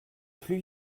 plu